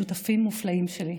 שותפים מופלאים שלי,